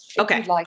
Okay